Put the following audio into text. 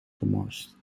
gemorst